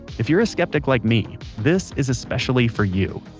if you're a skeptic like me, this is especially for you.